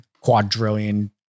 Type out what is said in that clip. quadrillion